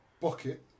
bucket